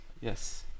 Yes